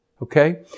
Okay